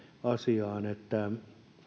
asiaan että